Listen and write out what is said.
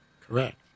correct